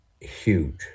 huge